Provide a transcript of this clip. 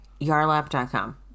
Yarlap.com